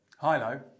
Hilo